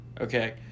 Okay